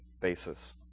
basis